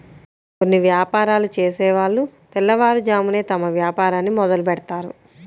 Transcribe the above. కొన్ని యాపారాలు చేసేవాళ్ళు తెల్లవారుజామునే తమ వ్యాపారాన్ని మొదలుబెడ్తారు